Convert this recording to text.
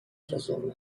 razumem